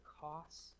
costs